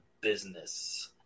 business